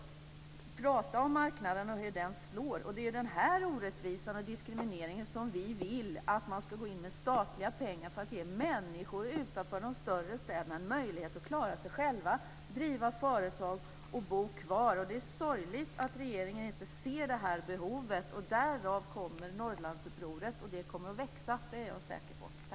Tala om hur marknaden slår! Det här är en orättvisa och en diskriminering, och vi vill att man ska gå in med statliga pengar för att ge människor utanför de större städerna möjlighet att klara sig själva, driva företag och bo kvar. Det är sorgligt att regeringen inte ser det här behovet. Därav kommer Norrlandsupproret, och jag är säker på att det kommer att växa.